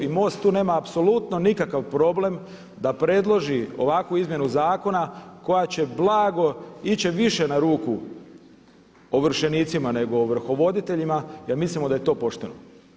I MOST tu nema apsolutno nikakav problem da predloži ovakvu izmjenu zakona koja će blago ići više na ruku ovršenicima nego ovrhovoditeljima jer mislimo da je to pošteno.